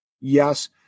Yes